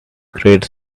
great